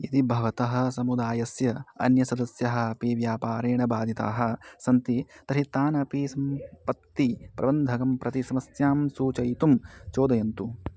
यदि भवतः समुदायस्य अन्यसदस्याः अपि व्यापारेण बाधिताः सन्ति तर्हि तान् अपि सम्पत्तिप्रबन्धकं प्रति समस्यां सूचयितुं चोदयन्तु